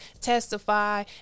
testify